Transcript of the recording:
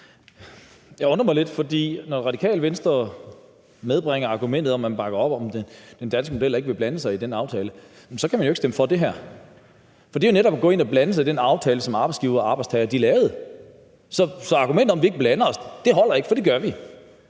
Jeg undrer mig lidt, for når Radikale Venstre medbringer argumentet om, at man bakker op om den danske model og ikke vil blande sig i den aftale, kan man jo ikke stemme for det her, for det er jo netop at gå ind og blande sig i den aftale, som arbejdsgivere og arbejdstagere lavede. Så argumentet om, at vi ikke blander os, holder ikke, for det gør vi.